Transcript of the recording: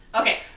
Okay